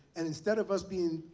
and instead of us being,